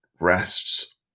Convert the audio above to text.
rests